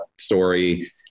story